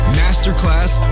masterclass